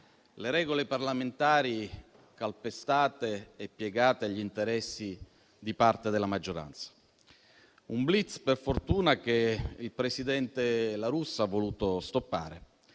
le regole parlamentari calpestate e piegate agli interessi di parte della maggioranza; un *blitz*, per fortuna, che il presidente La Russa ha voluto stoppare.